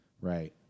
right